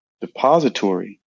depository